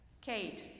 Kate